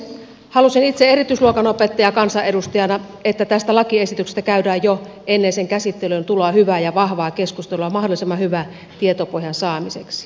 halusin itse erityisluokanopettajakansanedustajana että tästä lakiesityksestä käydään jo ennen sen käsittelyyn tuloa hyvää ja vahvaa keskustelua mahdollisimman hyvän tietopohjan saamiseksi